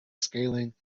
scaling